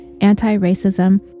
anti-racism